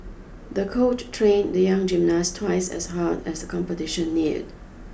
the coach trained the young gymnast twice as hard as competition neared